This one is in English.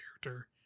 character